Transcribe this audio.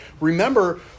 Remember